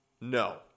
No